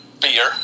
Beer